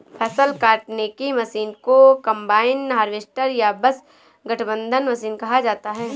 फ़सल काटने की मशीन को कंबाइन हार्वेस्टर या बस गठबंधन मशीन कहा जाता है